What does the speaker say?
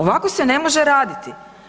Ovako se ne može raditi.